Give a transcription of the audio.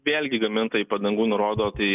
vėlgi gamintojai padangų nurodo tai